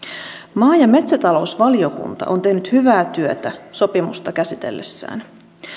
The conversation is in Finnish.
maa ja metsätalousvaliokunta on tehnyt hyvää työtä sopimusta käsitellessään